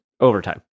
overtime